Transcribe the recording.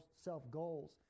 self-goals